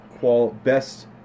best